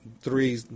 three